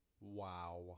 Wow